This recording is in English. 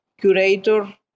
Curator